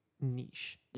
niche